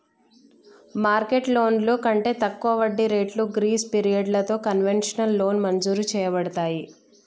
market లోన్లు కంటే తక్కువ వడ్డీ రేట్లు గ్రీస్ పిరియడలతో కన్వెషనల్ లోన్ మంజురు చేయబడతాయి